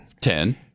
Ten